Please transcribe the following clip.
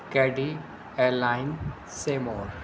caddy air line seymour